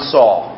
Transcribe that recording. Saul